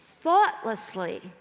thoughtlessly